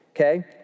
Okay